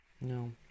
No